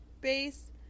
base